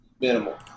Minimal